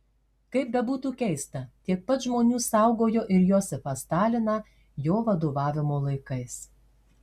kaip bebūtų keista tiek pat žmonių saugojo ir josifą staliną jo vadovavimo laikais